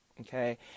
Okay